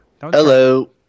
Hello